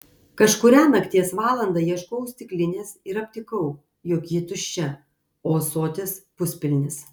kažkurią nakties valandą ieškojau stiklinės ir aptikau jog ji tuščia o ąsotis puspilnis